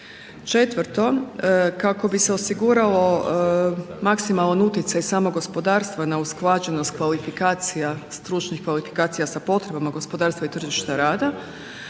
Četvrto, kako bi se osigurao maksimalan utjecaj samog gospodarstva na usklađenost kvalifikacija, stručnih kvalifikacija sa potrebama gospodarstva i tržišta rada,